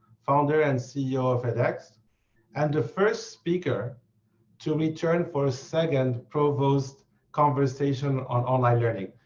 founder and ceo of edx. and the first speaker to return for a second provost conversation on online learning.